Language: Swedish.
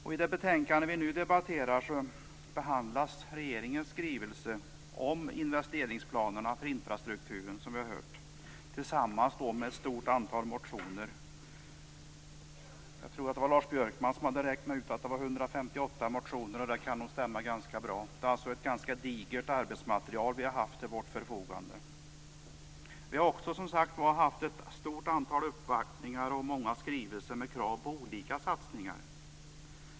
I det betänkande som vi nu debatterar behandlas, som vi har hört, regeringens skrivelse om investeringsplanerna för infrastrukturen och ett stort antal motioner. Lars Björkman hade räknat ut att det var 158 motioner, och det kan stämma. Vi har alltså haft ett ganska digert arbetsmaterial till vårt förfogande. Vi har också fått ett stort antal uppvaktningar och många skrivelser med krav på satsningar.